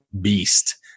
beast